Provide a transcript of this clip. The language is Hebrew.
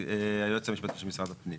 היועץ המשפטי של משרד הפנים.